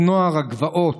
את נוער הגבעות.